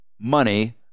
money